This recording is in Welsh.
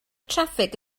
traffig